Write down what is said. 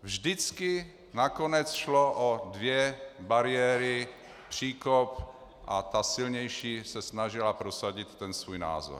Vždycky nakonec šlo o dvě bariéry, příkop, a ta silnější se snažila prosadit svůj názor.